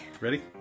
ready